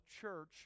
church